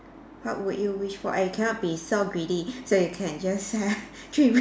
what would you wish for eh cannot be so greedy so you can just have three wish